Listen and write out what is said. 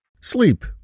Sleep